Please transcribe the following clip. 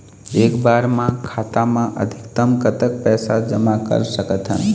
एक बार मा खाता मा अधिकतम कतक पैसा जमा कर सकथन?